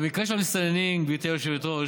במקרה של המסתננים, גברתי היושבת-ראש,